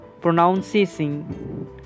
pronouncing